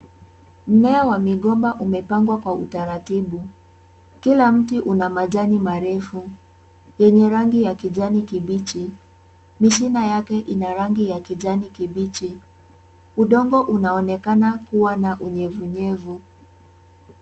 Mmea wa migomba umepangwa kwa utaratibu. Kila mti una majani marefu yenye rangi ya kijani kibichi. Mishina yake ina rangi ya kijani kibichi. Udongo unaonekana kuwa na unyevu nyevu.